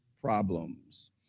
problems